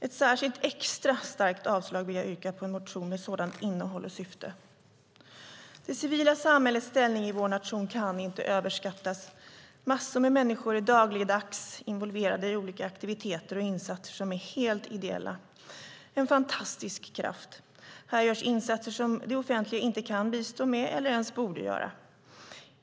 Ett särskilt extra starkt avslag vill jag yrka på en reservation med sådant innehåll och syfte. Det civila samhällets ställning i vår nation kan inte överskattas. Massor med människor är dagligdags involverade i olika aktiviteter och insatser som är helt ideella. Det är en fantastisk kraft. Här görs insatser som det offentliga inte kan eller ens bör bistå med.